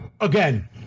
Again